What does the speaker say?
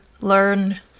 learn